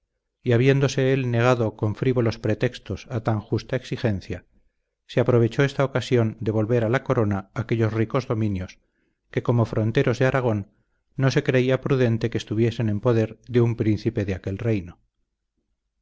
y habiéndose él negado con frívolos pretextos a tan justa exigencia se aprovechó esta ocasión de volver a la corona aquellos ricos dominios que como fronteros de aragón no se creía prudente que estuviesen en poder de un príncipe de aquel reino